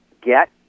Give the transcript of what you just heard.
get